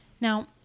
Now